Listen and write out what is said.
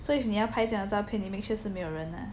so if 你要拍这样的照片你 make sure 是没有人啦